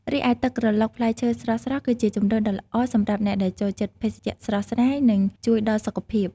រីឯទឹកក្រឡុកផ្លែឈើស្រស់ៗ គឺជាជម្រើសដ៏ល្អសម្រាប់អ្នកដែលចូលចិត្តភេសជ្ជៈស្រស់ស្រាយ នឹងជួយដល់សុខភាព ។